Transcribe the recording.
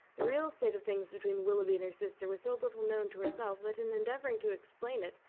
the real state of things between willoughby and her sister was so little known to herself, that in endeavouring to explain it,